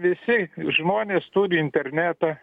visi žmonės turi internetą